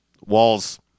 walls